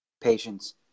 patience